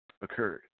occurred